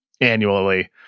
annually